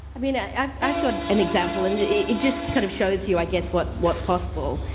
i mean ah i've i've got an example and it just kind of shows you i guess what's what's possible.